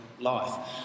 life